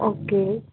okay